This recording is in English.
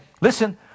listen